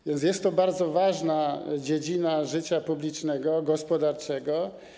A więc jest to bardzo ważna dziedzina życia publicznego, gospodarczego.